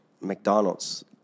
McDonald's